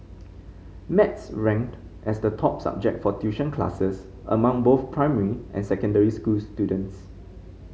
maths ranked as the top subject for tuition classes among both primary and secondary school students